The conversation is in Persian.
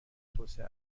توسعه